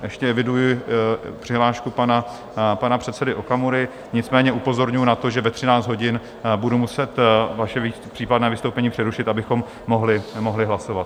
Ještě eviduji přihlášku pana předsedy Okamury, nicméně upozorňuji na to, že ve 13 hodin budu muset vaše případné vystoupení přerušit, abychom mohli hlasovat.